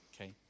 Okay